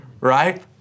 right